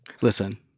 Listen